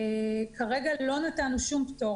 כרגע לא נתנו שום פטור,